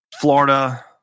Florida